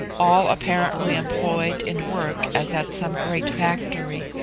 all apparently employed in work as at some great factory.